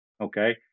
Okay